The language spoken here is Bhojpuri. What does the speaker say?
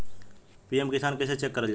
पी.एम किसान कइसे चेक करल जाला?